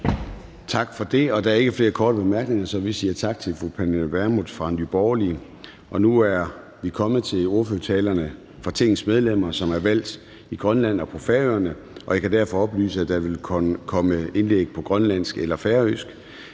Tak for det. Der er ikke flere korte bemærkninger, så vi siger tak til fru Pernille Vermund fra Nye Borgerlige. Nu er vi kommet til ordførertalerne fra Tingets medlemmer, som er valgt i Grønland og på Færøerne, og jeg kan derfor oplyse, at der vil komme indlæg på grønlandsk og færøsk.